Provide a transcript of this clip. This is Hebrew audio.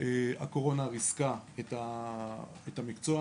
הקורונה ריסקה את המקצוע,